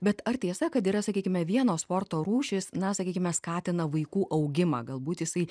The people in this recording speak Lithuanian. bet ar tiesa kad yra sakykime vienos sporto rūšys na sakykime skatina vaikų augimą galbūt jisai